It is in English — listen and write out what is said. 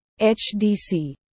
HDC